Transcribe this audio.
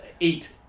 eight